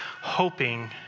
hoping